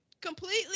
completely